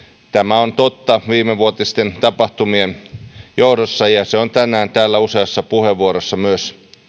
on totta viimevuotisten tapahtumien johdosta ja se on tänään täällä useassa puheenvuorossa myös